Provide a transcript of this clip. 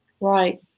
Right